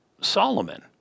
Solomon